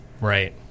Right